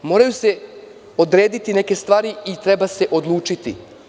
Moraju se odrediti neke stvari i treba se odlučiti.